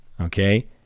Okay